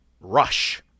rush